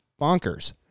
bonkers